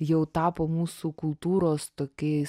jau tapo mūsų kultūros tokiais